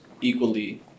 equally